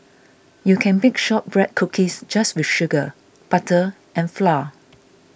you can bake Shortbread Cookies just with sugar butter and flour